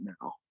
now